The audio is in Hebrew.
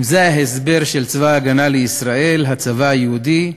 אם זה ההסבר של צבא הגנה לישראל, הצבא היהודי,